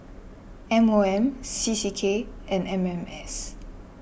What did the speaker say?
M O M C C K and M M S